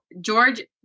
george